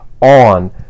on